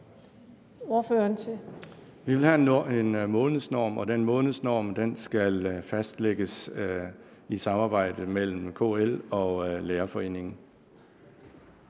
Vi vil have en månedsnorm, og den månedsnorm skal fastlægges i et samarbejde mellem KL og Danmarks Lærerforening.